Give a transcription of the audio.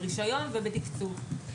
ברישיון ובתקצוב.